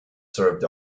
served